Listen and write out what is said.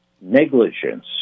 negligence